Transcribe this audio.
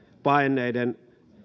paenneiden